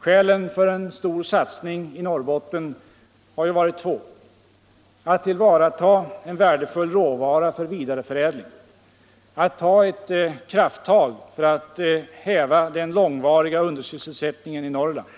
Skälen för en stor satsning i Norrbotten har varit två: att tillvarata en värdefull råvara för vidareförädling och att ta ett kravttag för att häva den långvariga undersysselsättningen i Norrland.